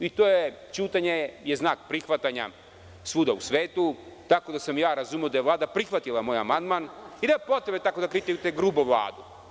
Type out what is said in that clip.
Ćutanje je znak prihvatanja svuda u svetu, tako da sam ja razumeo da je Vlada prihvatila moj amandman i nema potrebe tako da kritikujete grubo Vladu.